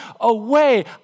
away